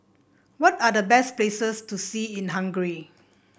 what are the best places to see in Hungary